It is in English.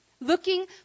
looking